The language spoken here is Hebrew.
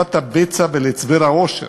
לרדיפת הבצע ולהצבר העושר.